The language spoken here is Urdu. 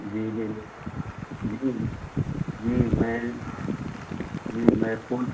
جی جی جی جی جی میں جی میں پھول